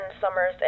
Summers